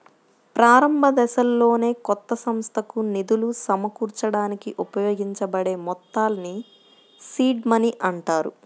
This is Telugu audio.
ప్రారంభదశలోనే కొత్త సంస్థకు నిధులు సమకూర్చడానికి ఉపయోగించబడే మొత్తాల్ని సీడ్ మనీ అంటారు